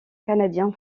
canadien